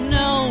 no